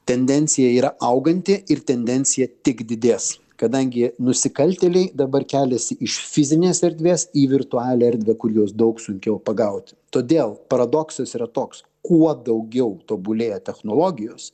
tendencija yra auganti ir tendencija tik didės kadangi nusikaltėliai dabar keliasi iš fizinės erdvės į virtualią erdvę kur juos daug sunkiau pagauti todėl paradoksas yra toks kuo daugiau tobulėja technologijos